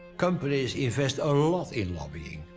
companies invest a lot in lobbying,